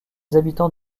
habitants